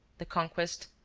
the conquest,